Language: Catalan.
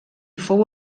fou